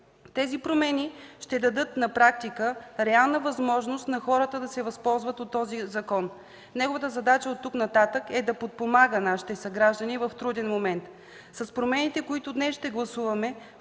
Тези промени ще дадат на практика реална възможност на хората да се възползват от закона. Неговата задача от тук нататък е да подпомага нашите съграждани в труден момент. С промените, които ще гласуваме